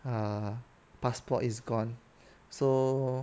uh passport is gone so